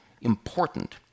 important